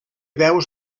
veus